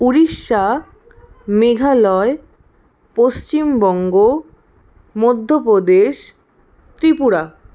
Orissa Meghalaya Paschimbanga Madhya Pradesh Tripura